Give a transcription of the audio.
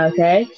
Okay